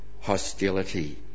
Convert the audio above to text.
hostility